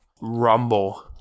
rumble